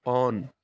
on